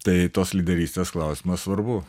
tai tos lyderystės klausimas svarbu